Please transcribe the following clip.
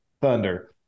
Thunder